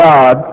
God